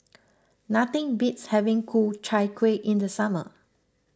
nothing beats having Ku Chai Kueh in the summer